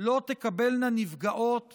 לא תקבלנה נפגעות